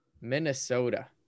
Minnesota